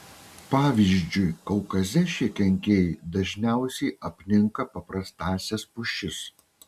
pavyzdžiui kaukaze šie kenkėjai dažniausiai apninka paprastąsias pušis